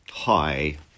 Hi